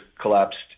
collapsed